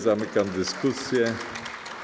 Zamykam dyskusję.